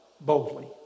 boldly